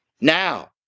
now